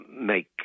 make